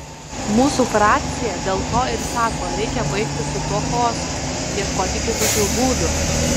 mūsų frakcija dėl to ir sako reikia baigti su tuo chaosu ieškoti kitokių būdų